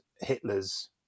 Hitler's